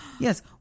Yes